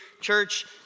church